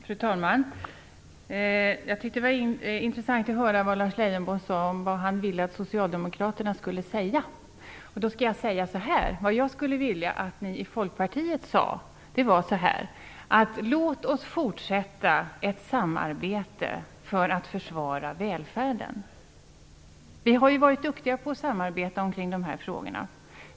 Fru talman! Jag tyckte det var intressant att höra vad Lars Leijonborg sade om vad han ville att Socialdemokraterna skulle säga. Då skall jag säga vad jag skulle vilja att ni i Folkpartiet sade. Jag skulle vilja att ni sade: Låt oss fortsätta ett samarbete för att försvara välfärden. Vänsterpartiet och Folkpartiet har ju varit duktiga på att samarbeta kring de här frågorna.